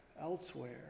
elsewhere